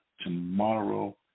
tomorrow